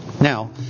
Now